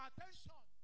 attention